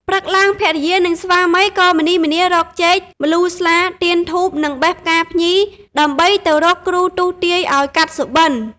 ព្រឹកឡើង ភរិយា និងស្វាមីក៏ម្នីម្នារកចេក ម្លូស្លា ទៀនធូប និងបេះផ្កាភ្ញី ដើម្បីទៅរកគ្រូទស្សន៍ទាយឱ្យកាត់សុបិន្ត។